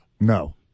No